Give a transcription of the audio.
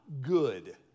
good